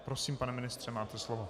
Prosím, pane ministře, máte slovo.